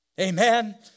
Amen